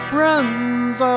runs